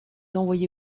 envoyé